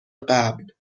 قبل